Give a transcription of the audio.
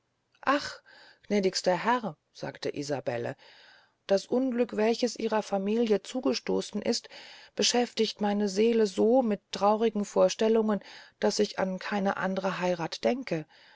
ach gnädigster herr sagte isabelle das unglück welches ihrer familie zugestoßen ist beschäftigt meine seele mit so traurigen vorstellungen daß ich an keine andere heyrath denke